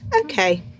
Okay